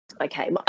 okay